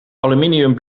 aluminium